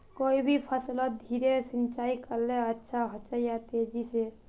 कोई भी फसलोत धीरे सिंचाई करले अच्छा होचे या तेजी से?